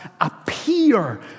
appear